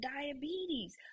diabetes